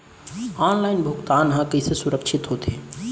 Online भुगतान हा कइसे सुरक्षित होथे?